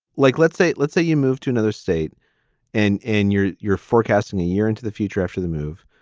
like, let's say let's say you move to another state and and you're you're forecasting a year into the future after the move.